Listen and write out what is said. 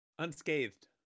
unscathed